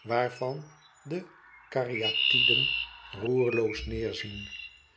waarvan de kariatyden roerloos neêrzien